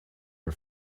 her